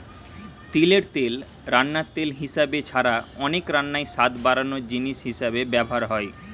তিলের তেল রান্নার তেল হিসাবে ছাড়া অনেক রান্নায় স্বাদ বাড়ানার জিনিস হিসাবে ব্যভার হয়